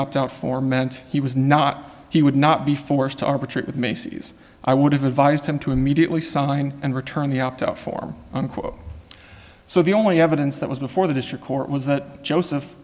opt out for meant he was not he would not be forced to arbitrate with macy's i would have advised him to immediately sign and return the opt out form unquote so the only evidence that was before the district court was that joseph